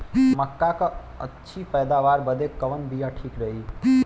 मक्का क अच्छी पैदावार बदे कवन बिया ठीक रही?